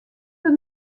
der